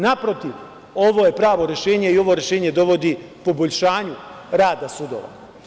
Naprotiv, ovo je pravo rešenje i ovo rešenje dovodi poboljšanju rada sudova.